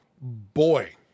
Boy